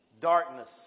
Darkness